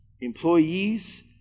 employees